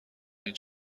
این